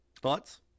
Thoughts